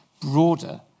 broader